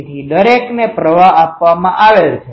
તેથી દરેકને પ્રવાહ આપવામાં આવેલ છે